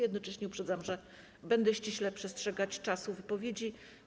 Jednocześnie uprzedzam, że będę ściśle przestrzegać czasu wypowiedzi.